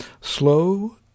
slow